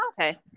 okay